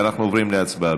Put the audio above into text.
אנחנו עוברים להצבעה.